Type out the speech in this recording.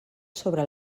sobre